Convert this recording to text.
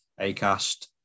Acast